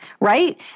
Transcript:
right